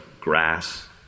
grass